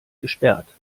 gesperrt